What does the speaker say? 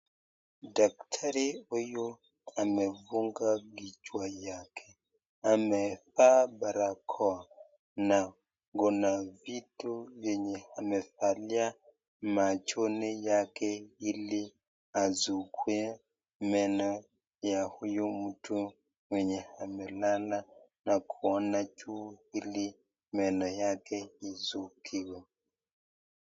Daktari huyu amefunga kichwa yake, amevaa barakoa na kuna vitu henye amevalia machoni yake ili asugue meno ya mtu huyu mwenye amelala na kuona juu ili meno yake isuguliwe.